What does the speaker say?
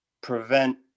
prevent